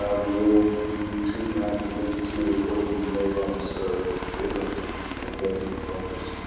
ah we will be tweeting out the link to the recording later on so that everyone can can benefit from this.